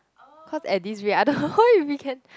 cause at this rate I don't know if we can